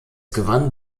gewann